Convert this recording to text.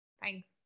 Thanks